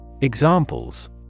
Examples